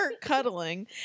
cuddling